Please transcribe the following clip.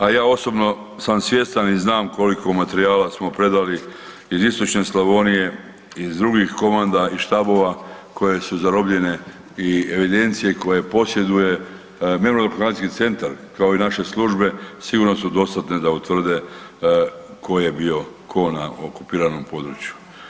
A ja osobno sam svjestan i znam koliko materijala smo predali iz istočne Slavonije, iz drugih komanda i štabova koje su zarobljene i evidencije koje posjeduje Memorijalno-dokumentacijski centar kao i naše službe sigurno su dostatne da utvrde tko je bio tko na okupiranom području.